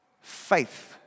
Faith